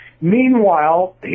Meanwhile